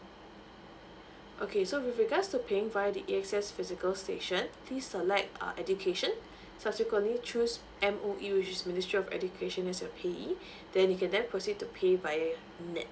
okay so with regards to paying via the A_X_S physical station please select uh education subsequently choose M_O_E which is ministry of education as your pay E then you can then proceed to pay via nets